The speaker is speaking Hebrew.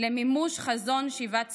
ולמימוש חזון שיבת ציון,